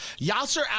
Yasser